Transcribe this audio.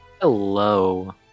Hello